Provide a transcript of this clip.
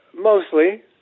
Mostly